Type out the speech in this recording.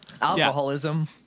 Alcoholism